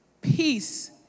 Peace